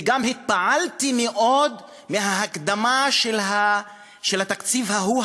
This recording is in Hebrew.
וגם התפעלתי מאוד מההקדמה של התקציב ההוא,